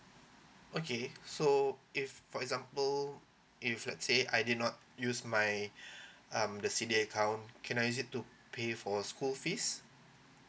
okay so if for example if let's say I did not use my um the C_D_A account can I use it to pay for school fees